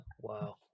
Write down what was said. Wow